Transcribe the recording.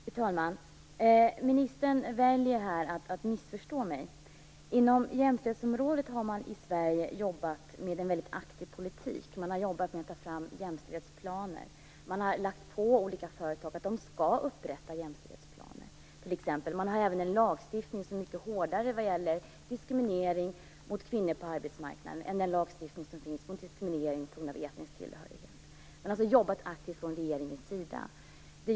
Fru talman! Ministern väljer här att missförstå mig. I Sverige har man jobbat med en väldigt aktiv politik på jämställdhetsområdet. Man har jobbat med att ta fram jämställdhetsplaner. Man har ålagt olika företag att de skall upprätta jämställdhetsplaner. Lagstiftningen mot diskriminering av kvinnor på arbetsmarknaden är också mycket hårdare än den lagstiftning som finns mot diskriminering på grund av etnisk tillhörighet. Man har alltså jobbat aktivt från regeringens sida.